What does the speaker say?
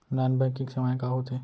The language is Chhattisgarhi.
नॉन बैंकिंग सेवाएं का होथे?